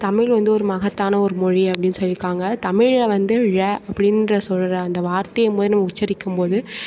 தமிழ் வந்து ஒரு மகத்தான ஒரு மொழி அப்படினு சொல்லியிருக்காங்க தமிழில் வந்து ழ அப்படின்ற சொல்கிற அந்த வார்த்தையை வந்து உச்சரிக்கும் போது